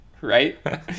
right